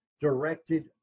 directed